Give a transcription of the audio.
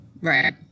Right